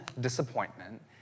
disappointment